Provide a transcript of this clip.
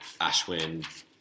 Ashwin